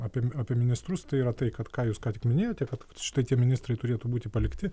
apie apie ministrus tai yra tai kad ką jūs ką tik minėjote kad štai tie ministrai turėtų būti palikti